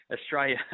Australia